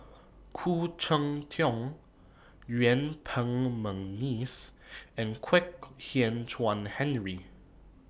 Khoo Cheng Tiong Yuen Peng Mcneice and Kwek Hian Chuan Henry